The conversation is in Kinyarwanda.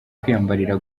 kwiyambarira